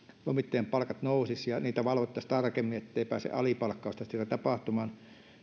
lomittajien palkat nousisivat ja niitä valvottaisiin tarkemmin ettei pääse alipalkkausta siellä tapahtumaan